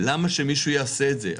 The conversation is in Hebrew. למה שמישהו יעשה את זה?